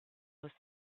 was